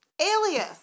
Alias